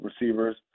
receivers